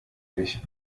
dich